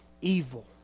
evil